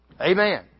Amen